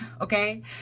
Okay